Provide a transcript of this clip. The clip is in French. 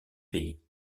pays